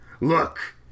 Look